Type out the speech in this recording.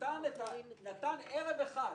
נתן ערב אחד,